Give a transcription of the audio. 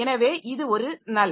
எனவே இது ஒரு நல்